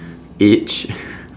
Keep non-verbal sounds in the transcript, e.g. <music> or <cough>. age <laughs>